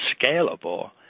scalable